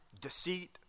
deceit